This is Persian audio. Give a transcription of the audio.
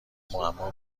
معما